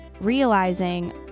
realizing